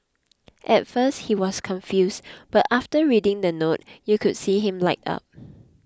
at first he was confused but after reading the note you could see him light up